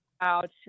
out